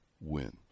win